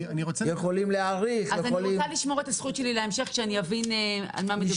אני מבקשת לשמור את הזכות שלי להמשך כשאני אבין על מה מדובר.